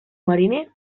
mariner